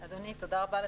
אדוני, תודה רבה לך.